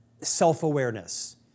self-awareness